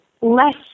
less